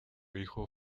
hijo